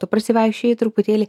tu prisivaikščiojai truputėlį